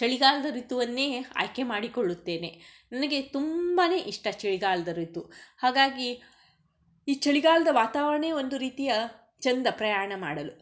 ಚಳಿಗಾಲದ ಋತುವನ್ನೇ ಆಯ್ಕೆ ಮಾಡಿಕೊಳ್ಳುತ್ತೇನೆ ನನಗೆ ತುಂಬ ಇಷ್ಟ ಚಳಿಗಾಲದ ಋತು ಹಾಗಾಗಿ ಈ ಚಳಿಗಾಲದ ವಾತಾವರಣವೆ ಒಂದು ರೀತಿಯ ಚೆಂದ ಪ್ರಯಾಣ ಮಾಡಲು